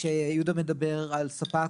כשיהודה מדבר על ספק,